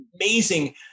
amazing